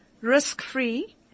risk-free